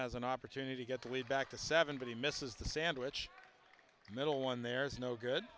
as an opportunity to get the lead back to seven but he misses the sandwich middle when there's no good